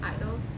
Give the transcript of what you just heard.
idols